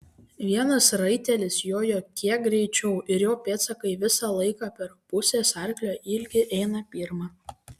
vienas raitelis jojo kiek greičiau ir jo pėdsakai visą laiką per pusės arklio ilgį eina pirma